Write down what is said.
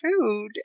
Food